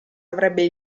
avrebbe